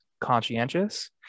conscientious